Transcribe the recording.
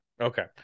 Okay